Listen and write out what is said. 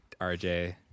RJ